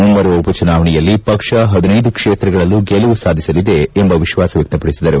ಮುಂಬರುವ ಉಪಚುನಾವಣೆಯಲ್ಲಿ ಪಕ್ಷ ಹದಿನೈದು ಕ್ಷೇತ್ರಗಳಲ್ಲೂ ಗೆಲುವು ಸಾಧಿಸಲಿದೆ ಎಂದು ವಿಶ್ವಾಸ ವ್ಯಕ್ತಪಡಿಸಿದರು